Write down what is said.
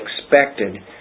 expected